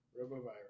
Robo-virus